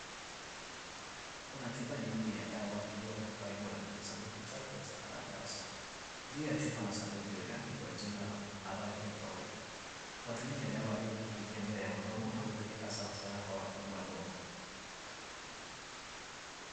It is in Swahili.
Kuna chupa nyeupe ya dawa iliyo wekwa karibu na kijisanduku chake cha karatasi. Juu ya chupa na sanduku limeandikwa jina na rangi tofauti. Matumizi ya dawa hii ni kupitia njia ya mdomo na hutumika sana sana kwa watoto wadogo.